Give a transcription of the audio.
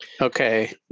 okay